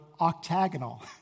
octagonal